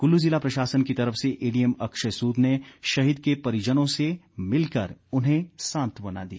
कुल्लू जिला प्रशासन की तरफ से एडीएम अक्षय सूद ने शहीद के परिजनों से मिलकर उन्हें सांत्वना दी